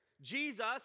Jesus